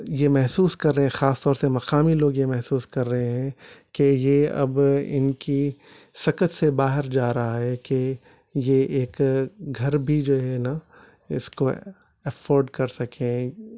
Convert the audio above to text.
یہ محسوس کر رہے ہیں خاص طور سے مقامی لوگ یہ محسوس کر رہے ہیں کہ یہ اب ان کی سکت سے باہر جا رہا ہے کہ یہ ایک گھر بھی جو ہے نہ اس کو افورڈ کر سکیں